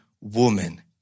woman